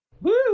Woo